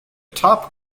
top